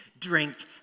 drink